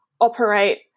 operate